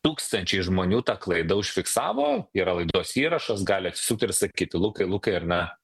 tūkstančiai žmonių tą klaidą užfiksavo yra laidos įrašas gali atsisukt ir sakyt lukai lukai ar ne